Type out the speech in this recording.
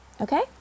okay